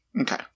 Okay